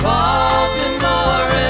Baltimore